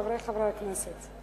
חברי חברי הכנסת,